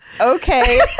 Okay